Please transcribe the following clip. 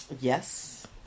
Yes